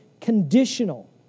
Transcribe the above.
conditional